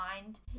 mind